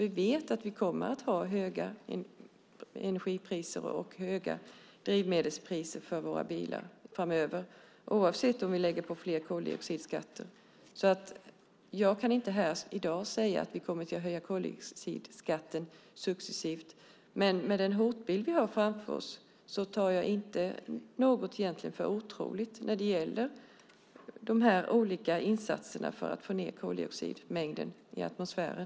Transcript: Vi vet att vi kommer att ha höga energipriser och höga drivmedelspriser för våra bilar framöver, oavsett om vi lägger på högre koldioxidskatter. Jag kan inte här i dag säga att vi kommer att höja koldioxidskatten successivt. Men med den hotbild vi har framför oss ser jag det inte som otroligt när det gäller de här olika insatserna för att få ned koldioxidmängden i atmosfären.